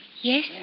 Yes